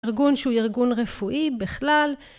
ארגון שהוא ארגון רפואי בכלל